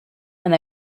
and